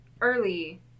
early